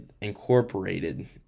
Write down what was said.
incorporated